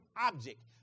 object